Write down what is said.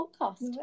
podcast